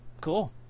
Cool